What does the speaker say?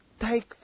take